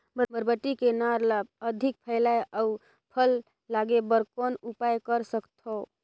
बरबट्टी के नार ल अधिक फैलाय अउ फल लागे बर कौन उपाय कर सकथव?